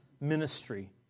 ministry